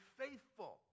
faithful